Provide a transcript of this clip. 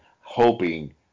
hoping